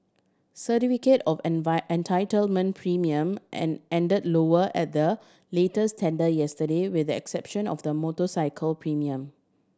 certificate of entitlement premium end lower at the latest tender yesterday with the exception of the motorcycle premium